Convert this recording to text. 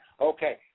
okay